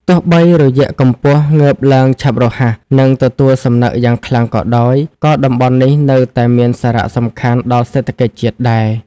ទោះបីមាន រយៈកំពស់ងើបឡើងឆាប់រហ័ស និងទទួលសំណឹកយ៉ាងខ្លាំងក៏ដោយ ក៏តំបន់នេះ នៅតែមានសារៈសំខាន់ដល់សេដ្ឋកិច្ចជាតិដែរ។